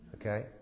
Okay